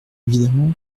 évidemment